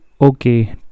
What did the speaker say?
okay